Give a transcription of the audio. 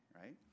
right